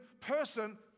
person